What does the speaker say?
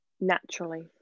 Naturally